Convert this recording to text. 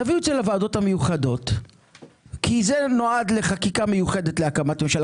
תביאו את זה לוועדות המיוחדות כי זה נועד לחקיקה מיוחדת להקמת ממשלה.